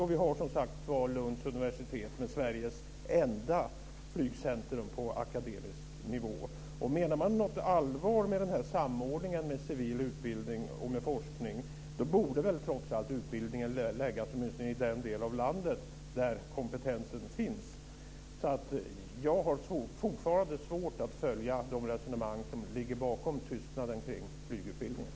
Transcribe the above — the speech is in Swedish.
Och vi har som sagt var Lunds universitet med Sveriges enda flygcentrum på akademisk nivå. Menar man något allvar med denna samordning med civil utbildning och forskning då borde väl trots allt utbildningen åtminstone förläggas till den del av landet där kompetensen finns. Jag har fortfarande svårt att följa de resonemang som ligger bakom tystnaden kring flygutbildningen.